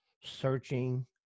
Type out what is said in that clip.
searching